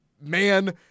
man